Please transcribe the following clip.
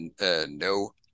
no